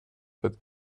but